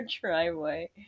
driveway